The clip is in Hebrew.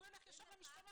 הוא ילך ישר למשטרה.